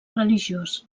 religiós